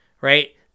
Right